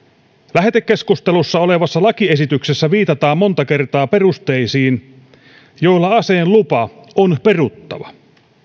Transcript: lähetekeskustelussa olevassa lakiesityksessä viitataan monta kertaa perusteisiin joilla aseen lupa on peruttava